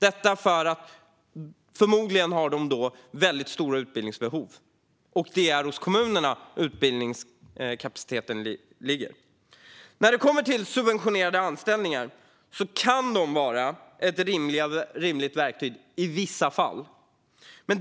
De har då förmodligen väldigt stora utbildningsbehov, och det är hos kommunerna utbildningskapaciteten finns. När det gäller subventionerade anställningar kan det vara ett rimligt verktyg i vissa fall.